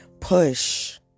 push